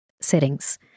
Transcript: settings